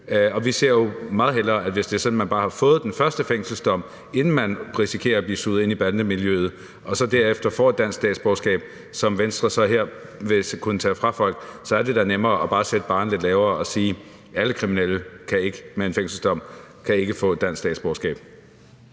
ind i det her bandemiljø. Hvis det er sådan, at man bare har fået den første fængselsdom, inden man risikerer at blive suget ind i bandemiljøet, og så derefter får et dansk statsborgerskab, som Venstre her vil kunne tage fra folk, så er det da nemmere bare at sætte barren lidt lavere og sige, at kriminelle med en fængselsdom ikke kan få dansk statsborgerskab.